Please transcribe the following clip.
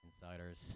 insiders